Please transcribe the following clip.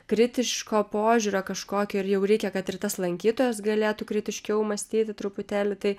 kritiško požiūrio kažkokio ir jau reikia kad ir tas lankytojas galėtų kritiškiau mąstyti truputėlį tai